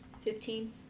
Fifteen